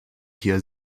hier